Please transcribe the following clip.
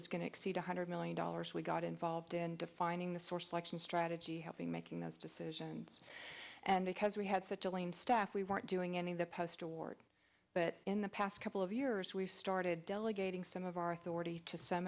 was going to exceed one hundred million dollars we got involved in defining the source election strategy helping making those decisions and because we had such a lean staff we weren't doing any of the past awards but in the past couple of years we started delegating some of our authority to some